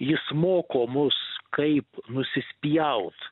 jis moko mus kaip nusispjaut